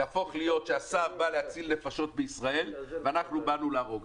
יצא שהשר בא להציל נפשות בישראל ואנחנו באנו להרוג,